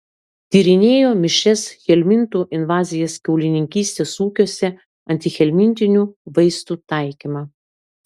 tyrinėjo mišrias helmintų invazijas kiaulininkystės ūkiuose antihelmintinių vaistų taikymą